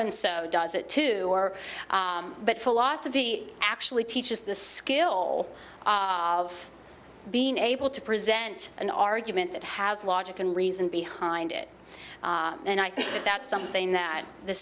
and so does it to her but philosophy actually teaches the skill of being able to present an argument that has logic and reason behind it and i think that's something that the